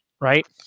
right